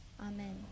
Amen